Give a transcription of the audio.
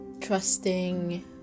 trusting